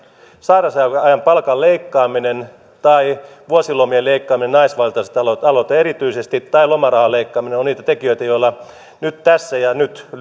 sairausajan palkan leikkaaminen tai vuosilomien leikkaaminen naisvaltaisilta aloilta erityisesti tai lomarahan leikkaaminen ovat niitä tekijöitä joilla tässä ja nyt